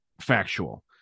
factual